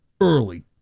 early